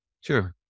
Sure